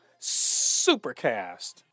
Supercast